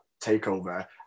takeover